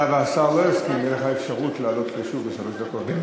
במידה שהשר לא יסכים תהיה לך אפשרות לעלות שוב לשלוש דקות.